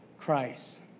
Christ